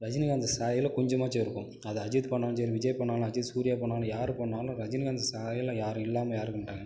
ரஜினிகாந்த் சாயலில் கொஞ்சமாச்சும் இருக்கும் அது அஜித் பண்ணிணாலும் சரி விஜய் பண்ணிணாலும் அஜித் சூர்யா பண்ணிணாலும் யார் பண்ணிணாலும் ரஜினிகாந்த் சாயலில் யாரும் இல்லாமல் யாரும் இருக்க மாட்டாங்க